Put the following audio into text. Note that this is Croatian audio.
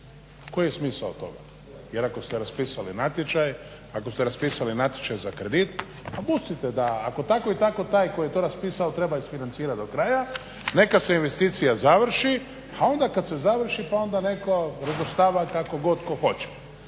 koji je smisao toga? Jer ako ste raspisali natječaj, ako ste raspisali natječaj za kredit pa pustite da, ako tako i tako taj koji je to raspisao treba isfinancirati do kraja neka se investicija završi, a onda kad se završi pa onda neka netko razvrstava kako god tko hoće.